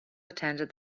attended